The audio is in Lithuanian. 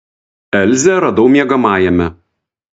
elzę radau miegamajame